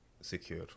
secure